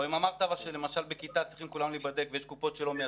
אמרת שלמשל בכיתה צריכים כולם להיבדק ויש קופות שלא מיישמות,